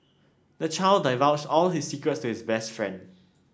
the child divulged all his secrets to his best friend